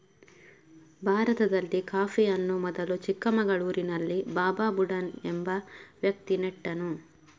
ಭಾರತದಲ್ಲಿ ಕಾಫಿಯನ್ನು ಮೊದಲು ಚಿಕ್ಕಮಗಳೂರಿನಲ್ಲಿ ಬಾಬಾ ಬುಡನ್ ಎಂಬ ವ್ಯಕ್ತಿ ನೆಟ್ಟನು